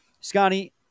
Scotty